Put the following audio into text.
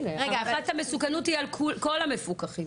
הערכת המסוכנות היא על כל המפוקחים.